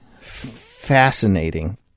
fascinating